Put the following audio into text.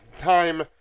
time